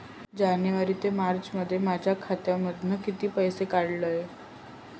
जानेवारी ते मार्चमध्ये माझ्या खात्यामधना किती पैसे काढलय?